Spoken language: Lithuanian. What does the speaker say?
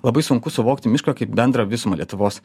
labai sunku suvokti mišką kaip bendrą visumą lietuvos